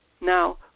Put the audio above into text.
Now